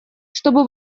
чтобы